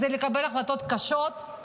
זה לקבל החלטות קשות,